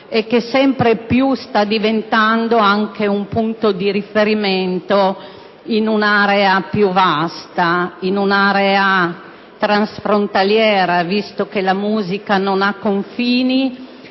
e che sempre più sta diventando anche un punto di riferimento in un'area più vasta, transfrontaliera, visto che la musica non ha confini;